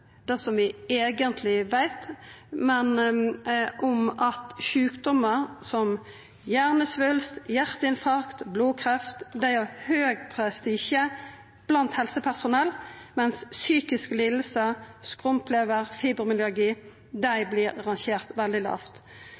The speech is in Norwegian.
det som vi eigentleg veit: at sjukdomar som hjernesvulst, hjarteinfarkt og blodkreft har høg prestisje blant helsepersonell, mens psykiske lidingar, skrumplever og fibromyalgi vert rangerte veldig